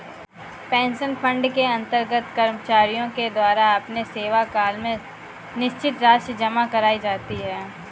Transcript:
pension fund के अंतर्गत कर्मचारियों के द्वारा अपने सेवाकाल में निश्चित राशि जमा कराई जाती है